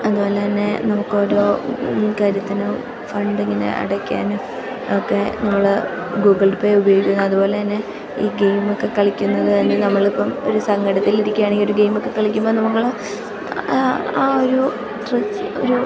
അതു പോലെ തന്നെ നമുക്കോരോ കാര്യത്തിനും ഫണ്ടിങ്ങിന് അടയ്ക്കാനും ഒക്കെ നമ്മൾ ഗൂഗിൾ പേ ഉപയോഗിക്കുന്നു അതു പോലെ തന്നെ ഈ ഗേയ്മൊക്കെ കളിക്കുന്നതു തന്നെ നമ്മളിപ്പം ഒരു സങ്കടത്തിലിരിയ്ക്കുകയാണെങ്കിൽ ഒരു ഗെയിമൊക്കെ കളിക്കുമ്പം നമ്മൾ ആ ഒരു ട്രിക്സ് ഒരൂ